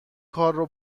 کارو